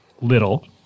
Little